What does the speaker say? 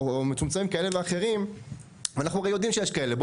מצומצמים כאלה ואחרים ואנחנו הרי יודעים שיש כאלה.